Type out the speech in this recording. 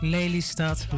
Lelystad